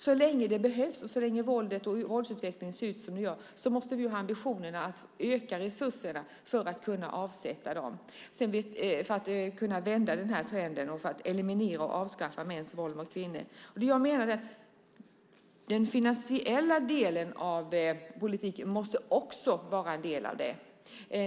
Så länge det behövs, så länge våldet och våldsutvecklingen ser ut som det gör måste vi ha ambitionen att öka resurserna för att kunna vända den här trenden och kunna eliminera och avskaffa mäns våld mot kvinnor. Den finansiella delen av politiken måste också vara en del av det.